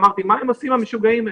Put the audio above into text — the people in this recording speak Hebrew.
אמרתי: מה הם עושים המשוגעים האלה?